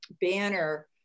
banner